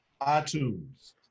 iTunes